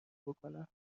بکنم